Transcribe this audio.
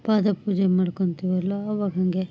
ಪಾದಪೂಜೆ ಮಾಡ್ಕೊತೀವಲ್ಲ ಆವಾಗ ಹಾಗೆ